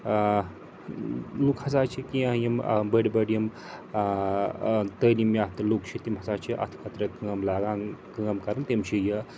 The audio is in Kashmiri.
لُکھ ہَسا چھِ کیٚنٛہہ یِم بٔڑۍ بٔڑۍ یِم تٲلیٖم یافتہٕ لُکھ چھِ تِم ہَسا چھِ اَتھ خٲطرٕ کٲم لاگان کٲم کَرٕنۍ تِم چھِ یہِ